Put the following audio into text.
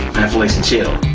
netflix and chill.